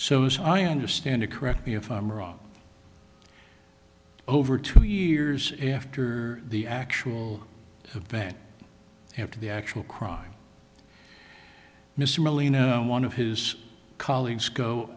as i understand it correct me if i'm wrong over two years after the actual event after the actual crime mr leno one of his colleagues go